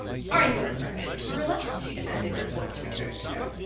are you in earnest, marilla? she demanded when voice returned to her.